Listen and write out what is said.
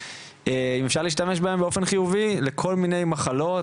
אם אפשר להשתמש בהן באופן חיובי לכל מיני מחלות,